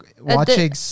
watching